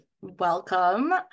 Welcome